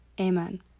Amen